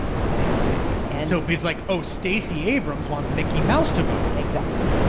i see. and so he's like, oh, stacey abrams wants mickey mouse to vote. exactly.